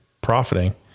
profiting